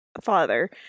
father